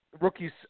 Rookies